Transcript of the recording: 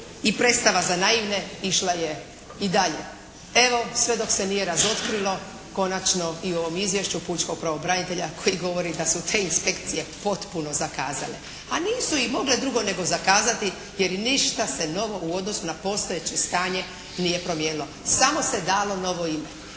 i predstava za naivne išla je i dalje. Evo sve dok se nije razotkrilo konačno i u ovom izvješću pučkog pravobranitelja koji govori da su te inspekcije potpuno zakazale. A nisu i mogle drugo nego zakazati jer i ništa se novo u odnosu na postojeće stanje nije promijenilo, samo se je dalo novo ime.